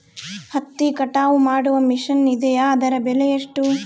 ಹತ್ತಿ ಕಟಾವು ಮಾಡುವ ಮಿಷನ್ ಇದೆಯೇ ಅದರ ಬೆಲೆ ಎಷ್ಟು?